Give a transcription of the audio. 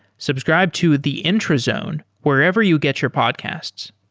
subscribe to the intrazone wherever you get your podcasts.